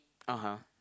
(uh huh)